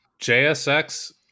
JSX